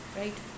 right